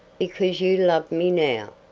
because you love me now.